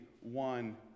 one